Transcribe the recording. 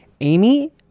Amy